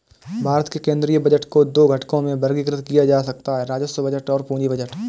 भारत के केंद्रीय बजट को दो घटकों में वर्गीकृत किया जा सकता है राजस्व बजट और पूंजी बजट